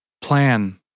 Plan